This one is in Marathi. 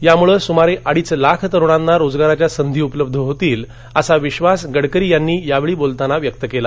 यांमुळे सुमारे अडीच लाख तरूणांना रोजगाराच्या सधी उपलब्ध होतील असा विधास गडकरी यांनी यावेळी बोलताना व्यक्त केला